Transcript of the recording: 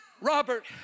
Robert